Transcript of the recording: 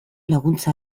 laguntza